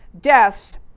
deaths